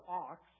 ox